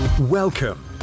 Welcome